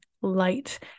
light